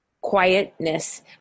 quietness